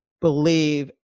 believe